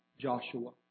Joshua